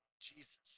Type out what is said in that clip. Jesus